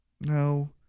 No